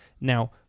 Now